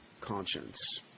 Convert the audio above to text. conscience